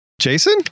Jason